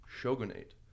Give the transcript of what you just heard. Shogunate